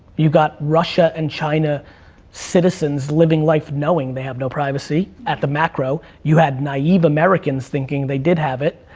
you've got russia and china citizens living life knowing they have no privacy at the macro, you have naive americans thinking they did have it,